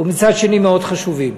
ומצד שני מאוד חשובים.